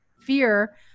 fear